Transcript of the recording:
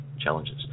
challenges